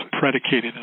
predicated